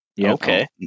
Okay